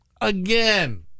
Again